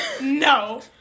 No